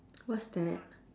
what's that